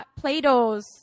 Plato's